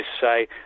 say